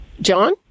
John